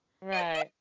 right